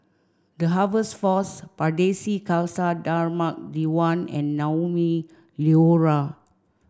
the Harvest Force Pardesi Khalsa Dharmak Diwan and Naumi Liora